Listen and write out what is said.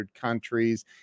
countries